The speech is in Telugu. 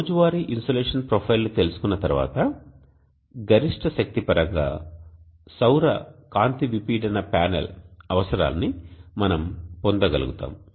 రోజువారీ ఇన్సోలేషన్ ప్రొఫైల్ని తెలుసుకున్న తర్వాత గరిష్ట శక్తి పరంగా సౌర కాంతివిపీడన ప్యానెల్ అవసరాన్ని మనం పొందగలుగుతాము